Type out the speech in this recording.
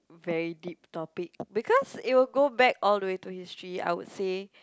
very deep topic because it will go back all the way to history I would say